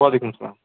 وعلیکُم السلام